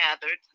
gathered